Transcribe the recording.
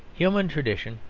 human tradition,